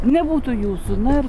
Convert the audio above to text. nebūtų jūsų na